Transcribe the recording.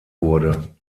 wurde